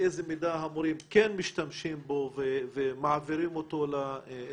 באיזו מידה המורים כן משתמשים בו ומעבירים אותו לתלמידים.